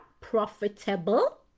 profitable